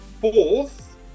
fourth